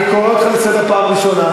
אני קורא אותך לסדר בפעם הראשונה.